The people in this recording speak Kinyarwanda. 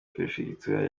perefegitura